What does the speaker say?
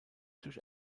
durch